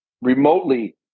remotely